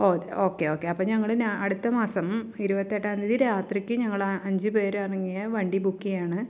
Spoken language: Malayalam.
ഓക്കെ ഓക്കെ അപ്പം ഞങ്ങൾ അടുത്ത മാസം ഇരുപത്തെട്ടാം തീയ്യതി രാത്രിക്ക് ഞങ്ങളഞ്ചു പേരടങ്ങിയ വണ്ടി ബുക്ക് ചെയ്യുകയാണ്